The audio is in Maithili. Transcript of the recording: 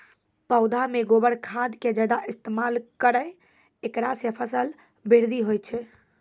पौधा मे गोबर खाद के ज्यादा इस्तेमाल करौ ऐकरा से फसल बृद्धि होय छै?